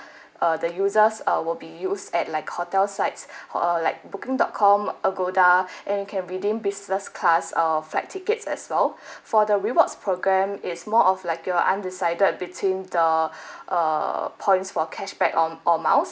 uh the users uh will be used at like hotel sites uh like booking dot com agoda and you can redeem business class uh flight tickets as well for the rewards program is more of like you're undecided between the err points for cashback or or miles